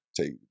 take